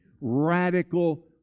radical